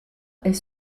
est